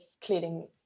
cleaning